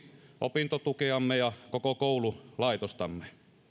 opintotukeamme ja koko koululaitostamme